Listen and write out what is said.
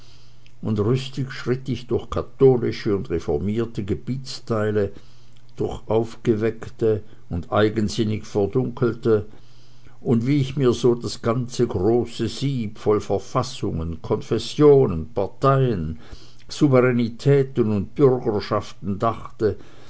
und rüstig schritt ich durch katholische und reformierte gebietsteile durch aufgeweckte und eigensinnig verdunkelte und wie ich mir so das ganze große sieb voll verfassungen konfessionen parteien souveränetäten und bürgerschaften dachte